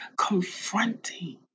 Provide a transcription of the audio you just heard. confronting